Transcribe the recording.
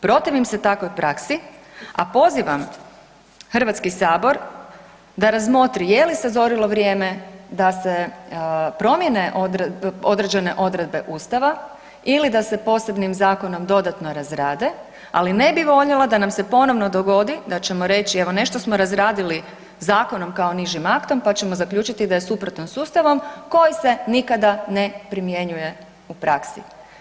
Protivim se takvoj praksi, a pozivam HS da razmotri je li sazrilo vrijeme da se promjene određene odredbe Ustava ili da se posebnim zakonom dodatno razrade, ali ne bi voljela da nam se ponovno dogodi da ćemo reći evo nešto smo razradili zakonom kao nižim aktom pa ćemo zaključiti da je suprotno s Ustavom koji se nikada ne primjenjuje u praksi.